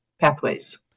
Pathways